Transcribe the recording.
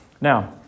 Now